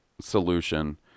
solution